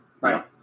Right